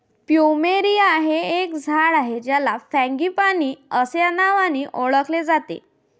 plumeria हे एक झाड आहे ज्याला फ्रँगीपानी अस्या नावानी ओळखले जाते